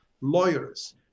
lawyers